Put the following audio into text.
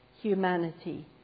Humanity